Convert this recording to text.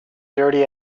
dirty